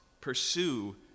pursue